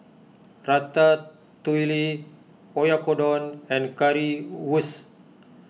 Ratatouille Oyakodon and Currywurst